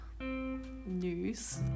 news